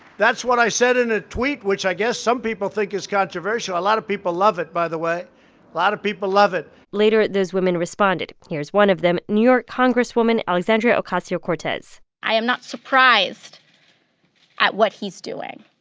that's what i said in a tweet, which i guess some people think is controversial. a lot of people love it, by the way. a lot of people love it later, those women responded. here's one of them, new york congresswoman alexandria ocasio-cortez i am not surprised at what he's doing.